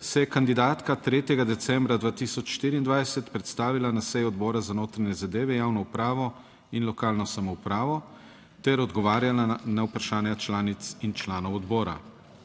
se je kandidatka 3. decembra 2024 predstavila na seji Odbora za notranje zadeve, javno upravo in lokalno samoupravo ter odgovarjala na vprašanja članic in članov odbora.